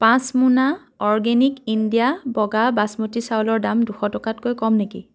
পাঁচ মোনা organic India বগা বাচমতি চাউলৰ দাম দুশ টকাতকৈ কম নেকি